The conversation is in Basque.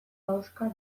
ahoska